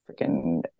freaking